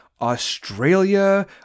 Australia